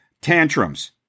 tantrums